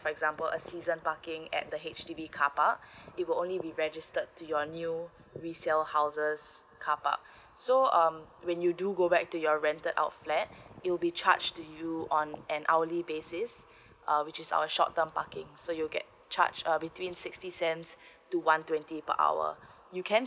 for example a season parking at the H_D_B carpark it will only be registered to your new resale houses car park so um when you do go back to your rented out flat you be charged to you on an hourly basis uh which is our short term parking so you get charge uh between sixty cents to one twenty per hour you can